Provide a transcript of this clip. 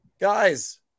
Guys